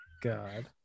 God